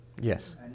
Yes